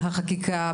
החקיקה,